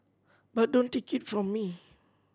but don't take it from me